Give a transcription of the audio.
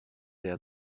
der